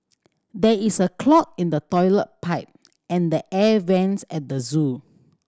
there is a clog in the toilet pipe and the air vents at the zoo